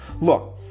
Look